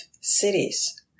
cities